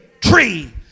tree